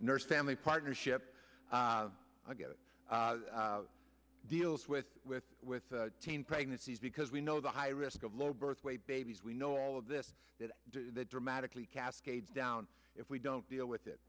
nurse family partnership i get it deals with with with teen pregnancies because we know the high risk of low birth weight babies we know all of this that that dramatically cascades down if we don't deal with it